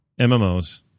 MMOs